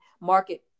market